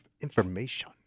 information